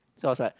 so I was like